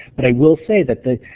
but i will say that